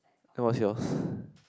it was yours